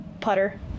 putter